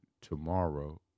tomorrow